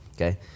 okay